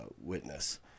witness